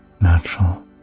natural